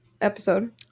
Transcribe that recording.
episode